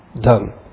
Done